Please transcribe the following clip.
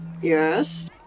Yes